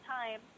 time